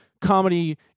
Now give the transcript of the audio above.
comedy